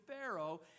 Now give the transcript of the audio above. Pharaoh